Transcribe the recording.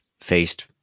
faced